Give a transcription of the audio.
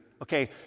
Okay